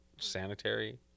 sanitary